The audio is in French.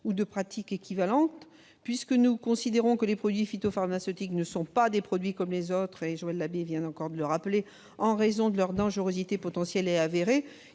ou des pratiques équivalentes. Puisque nous considérons que les produits phytopharmaceutiques ne sont pas des produits comme les autres, Joël Labbé vient encore de le rappeler, en raison de leur dangerosité potentielle et avérée,